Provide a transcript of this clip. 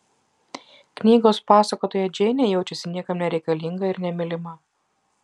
knygos pasakotoja džeinė jaučiasi niekam nereikalinga ir nemylima